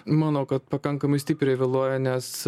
manau kad pakankamai stipriai vėluoja nes